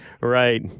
Right